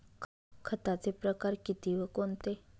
खताचे प्रकार किती व कोणते?